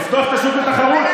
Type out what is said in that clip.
לפתוח את השוק לתחרות,